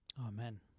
amen